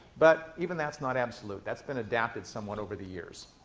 but even that's not absolute. that's been adapted somewhat over the years.